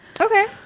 okay